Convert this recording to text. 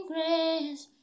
Grace